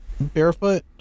Barefoot